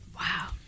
Wow